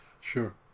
Sure